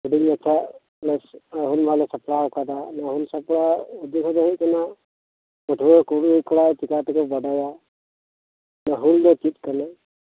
ᱟᱞᱮ ᱢᱤᱫᱴᱮᱡ ᱦᱩᱰᱤᱧ ᱢᱟᱪᱷᱟ ᱦᱩᱞ ᱢᱟᱦᱟ ᱞᱮ ᱥᱟᱯᱲᱟᱣ ᱟᱠᱟᱫᱟ ᱱᱚᱣᱟ ᱥᱟᱯᱲᱟᱣ ᱨᱮᱫᱚ ᱩᱫᱽᱫᱮᱥᱚ ᱫᱚ ᱦᱩᱭᱩᱜ ᱠᱟᱱᱟ ᱱᱟᱣᱟ ᱯᱟᱹᱴᱷᱩᱣᱟᱹ ᱠᱩᱲᱤᱼᱠᱚᱲᱟ ᱪᱮᱠᱟᱛᱮᱠᱚ ᱵᱟᱰᱟᱭᱟ ᱦᱩᱞ ᱫᱚ ᱪᱮᱫ ᱠᱟᱱᱟ